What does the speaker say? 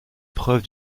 preuve